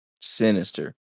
Sinister